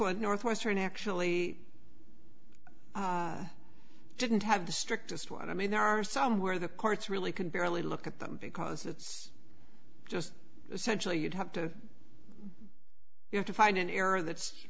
one northwestern actually didn't have the strictest one i mean there are some where the courts really can barely look at them because it's just such a you'd have to you have to find an error that's